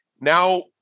now